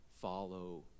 follow